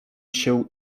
się